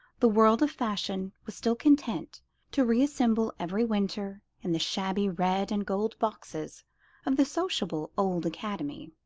the world of fashion was still content to reassemble every winter in the shabby red and gold boxes of the sociable old academy.